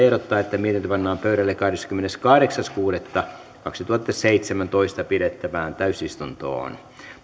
ehdottaa että mietintö pannaan pöydälle kahdeskymmeneskahdeksas kuudetta kaksituhattaseitsemäntoista pidettävään täysistuntoon